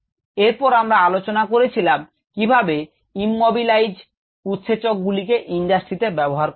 এরপর আমরা আলোচনা করেছিলাম কিভাবে ইমমবিলাইজ উৎসেচক গুলিকে ইন্ডাস্ট্রিতে ব্যবহার করা হয়